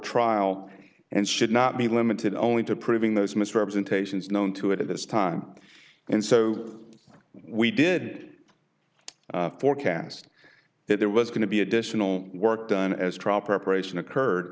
trial and should not be limited only to proving those misrepresentations known to it at this time and so we did forecast that there was going to be additional work done as trial preparation occurred